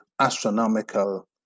astronomical